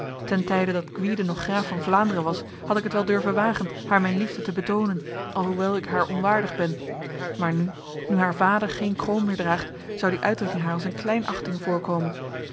ten tijde dat gwyde nog graaf van vlaanderen was had ik het wel durven wagen haar mijn liefde te betonen alhoewel ik haar onwaardig ben maar nu nu haar vader geen kroon meer draagt zou die uitdrukking haar als een kleinachting voorkomen